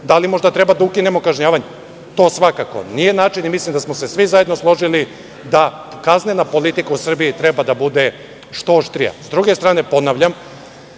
da li možda treba da ukinemo kažnjavanje? To svakako nije način. Mislim da smo se svi zajedno složili da kaznena politika u Srbiji treba da bude što oštrija.S druge strane, ponavljam,